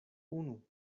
unu